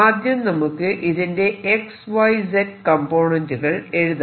ആദ്യം നമുക്ക് ഇതിന്റെ XY Z കംപോണന്റുകൾ എഴുതാം